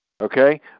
Okay